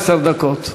מס' 251,